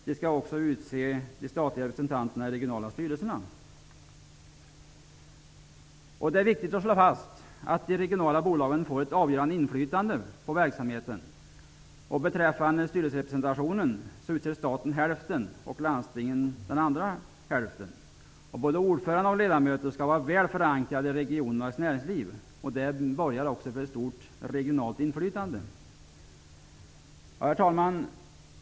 Det skall också utse de statliga representanterna i de regionala styrelserna. Det är viktigt att slå fast att de regionala bolagen får ett avgörande inflytande på verksamheten. Beträffande styrelserepresentationen kan jag säga att staten utser hälften av representanterna och landstingen den andra hälften. Både ordförande och ledamöter skall vara väl förankrade i regionen och dess näringsliv. Detta borgar för ett stort regionalt inflytande. Herr talman!